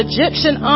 Egyptian